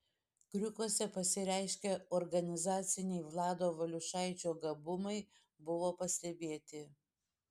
kriukuose pasireiškę organizaciniai vlado valiušaičio gabumai buvo pastebėti